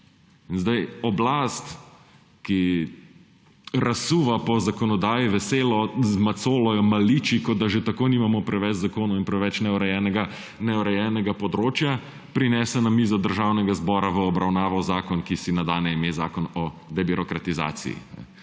Sedaj oblast, ki razsuva po zakonodaji, veselo z macolo jo maliči, kot da že tako nimamo preveč zakonov in preveč neurejenega področja, prinese na mizo Državnega zbora v obravnavo zakon, ki si nadane ime zakon o debirokratizaciji.